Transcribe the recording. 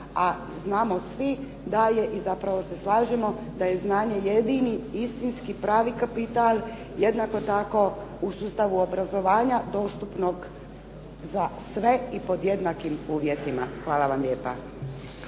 a znamo svi i zapravo se slažemo da je znanje jednini istinski pravi kapital, jednako tako u sustavu obrazovanja dostupnog za sve i pod jednakim uvjetima. Hvala vam lijepa.